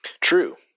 True